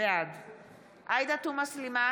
בעד עאידה תומא סלימאן,